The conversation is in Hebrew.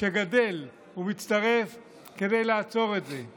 שגדל ומצטרף כדי לעצור את זה.